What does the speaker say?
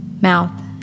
mouth